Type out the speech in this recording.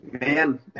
man